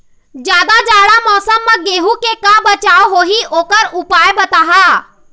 जादा जाड़ा मौसम म गेहूं के का बचाव होही ओकर उपाय बताहा?